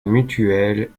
mutuelle